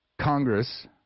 Congress